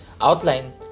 outline